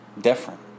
different